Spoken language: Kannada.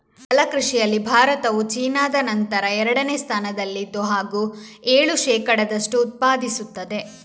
ಜಲ ಕೃಷಿಯಲ್ಲಿ ಭಾರತವು ಚೀನಾದ ನಂತರ ಎರಡನೇ ಸ್ಥಾನದಲ್ಲಿದೆ ಹಾಗೂ ಏಳು ಶೇಕಡದಷ್ಟು ಉತ್ಪಾದಿಸುತ್ತದೆ